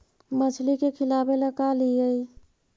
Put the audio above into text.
मछली के खिलाबे ल का लिअइ?